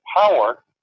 power